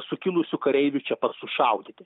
sukilusių kareivių čia pat sušaudyti